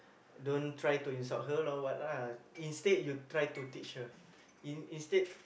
don't try to insult her or what lah instead you try to teach her in instead